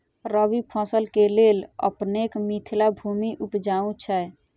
रबी फसल केँ लेल अपनेक मिथिला भूमि उपजाउ छै